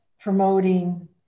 promoting